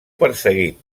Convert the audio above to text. perseguit